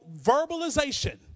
verbalization